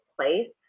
place